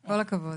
כל הכבוד.